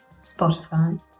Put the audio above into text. Spotify